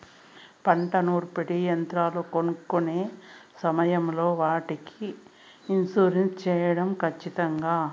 పంట నూర్పిడి యంత్రాలు కొనుక్కొనే సమయం లో వాటికి ఇన్సూరెన్సు సేయడం ఖచ్చితంగా?